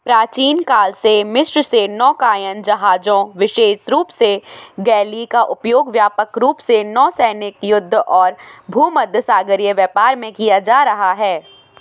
प्राचीन काल से मिस्र से नौकायन जहाजों विशेष रूप से गैली का उपयोग व्यापक रूप से नौसैनिक युद्ध और भूमध्यसागरीय व्यापार में किया जा रहा है